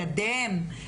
לקדם,